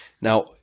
Now